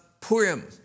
Purim